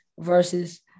versus